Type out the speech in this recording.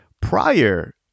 prior